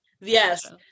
yes